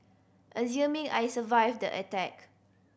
assuming I survived the attack